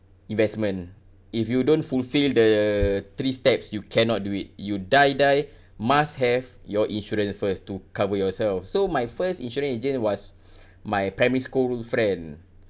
investment if you don't fulfill the three steps you cannot do it you die die must have your insurance first to cover yourself so my first insurance agent was my primary school friend